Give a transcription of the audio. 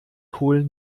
kohl